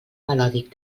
melòdic